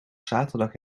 zaterdag